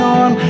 on